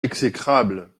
exécrable